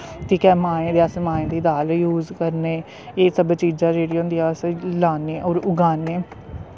ते मांहें अस मांहें दी दाल ज़ूस करने एह् सब चीजां जेह्ड़ियां होंदिया अस लान्ने होर उगाने